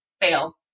fail